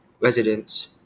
residents